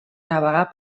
navegar